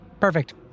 perfect